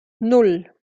nan